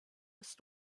ist